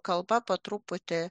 kalba po truputį